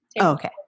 Okay